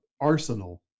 arsenal